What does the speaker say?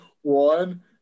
one